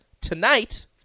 tonight